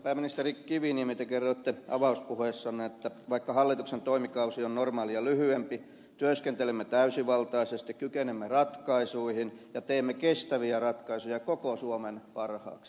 pääministeri kiviniemi te kerroitte avauspuheessanne että vaikka hallituksen toimikausi on normaalia lyhyempi työskentelette täysivaltaisesti kykenette ratkaisuihin ja teette kestäviä ratkaisuja koko suomen parhaaksi